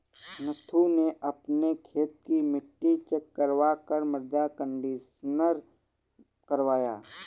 नथु ने अपने खेत की मिट्टी चेक करवा कर मृदा कंडीशनर करवाया